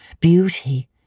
beauty